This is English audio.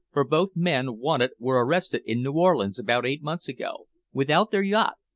for both men wanted were arrested in new orleans about eight months ago, without their yacht,